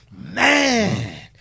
man